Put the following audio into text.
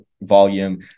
volume